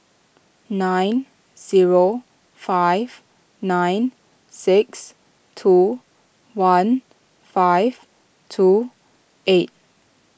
nine zero five nine six two one five two eight